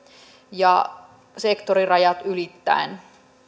sektorirajat ylittäen